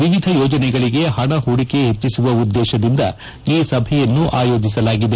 ವಿವಿಧ ಯೋಜನೆಗಳಿಗೆ ಹಣ ಹೂಡಿಕೆ ಹೆಚ್ಚಿಸುವ ಉದ್ದೇಶದಿಂದ ಈ ಸಭೆಯನ್ನು ಆಯೋಜಿಸಲಾಗಿದೆ